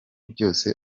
byose